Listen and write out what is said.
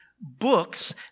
books